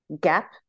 gap